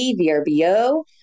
VRBO